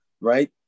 right